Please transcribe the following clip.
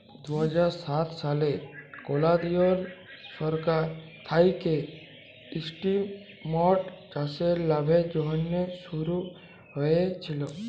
দু হাজার সাত সালে কেলদিরিয় সরকার থ্যাইকে ইস্কিমট চাষের লাভের জ্যনহে শুরু হইয়েছিল